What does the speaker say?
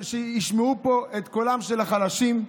שישמעו פה את קולם של החלשים?